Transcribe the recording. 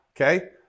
okay